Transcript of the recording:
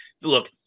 look